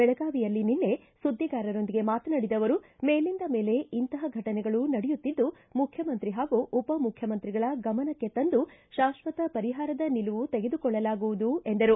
ಬೆಳಗಾವಿಯಲ್ಲಿ ನಿನ್ನೆ ಸುದ್ದಿಗಾರರೊಂದಿಗೆ ಮಾತನಾಡಿದ ಅವರು ಮೇಲಿಂದ ಮೇಲೆ ಇಂತಪ ಭಟನೆಗಳು ನಡೆಯುತ್ತಿದ್ದು ಮುಖ್ಯಮಂತ್ರಿ ಹಾಗೂ ಉಪ ಮುಖ್ಯಮಂತ್ರಿಗಳ ಗಮನಕ್ಕೆ ತಂದು ಶಾಶ್ವತ ಪರಿಹಾರದ ನಿಲುವು ತೆಗೆದುಕೊಳ್ಳಲಾಗುವುದು ಎಂದರು